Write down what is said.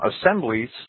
assemblies